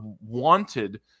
wanted